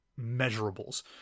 measurables